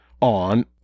On